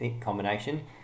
combination